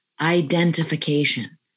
identification